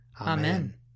Amen